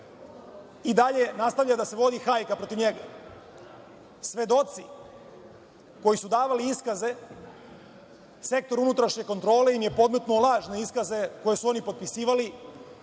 i dalje nastavlja da se vodi hajka protiv njega. Svedoci koji su davali iskaze, Sektor unutrašnje kontrole im je podmetnuo lažne iskaze koje su oni potpisivali,